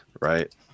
Right